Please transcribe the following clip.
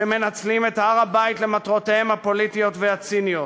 שמנצלים את הר-הבית למטרותיהם הפוליטיות והציניות.